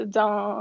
dans